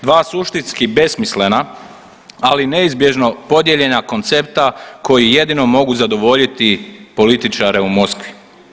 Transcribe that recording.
Dva suštinski besmislena ali neizbježno podijeljena koncepta koji jedino mogu zadovoljiti političare u Moskvi.